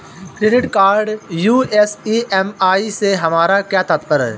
Credit card US EMI से हमारा क्या तात्पर्य है?